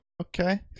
Okay